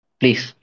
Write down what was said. please